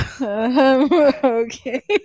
Okay